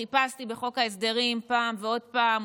חיפשתי בחוק ההסדרים פעם ועוד פעם,